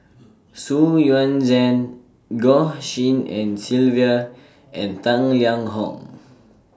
Xu Yuan Zhen Goh Tshin En Sylvia and Tang Liang Hong